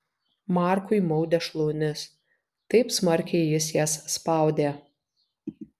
markui maudė šlaunis taip smarkiai jis jas spaudė